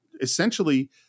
essentially